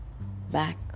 back